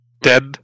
dead